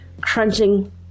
crunching